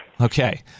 Okay